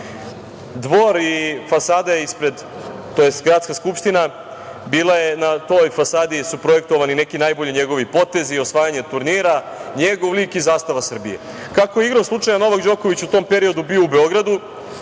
Dvoru i fasadi Gradske skupštine su bili projektovani neki najbolji njegovi potezi i osvajanje turnira, njegov lik i zastava Srbije. Kako je igrom slučaja, Novak Đoković u tom periodu bio u Beogradu,